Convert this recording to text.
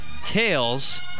tails